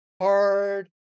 hard